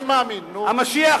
תודה רבה.